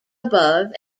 above